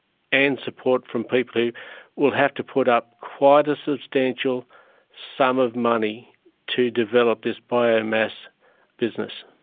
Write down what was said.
and support from people who will have to put up quite a substantial sum of money to develop this biomass business.